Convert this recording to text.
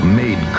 made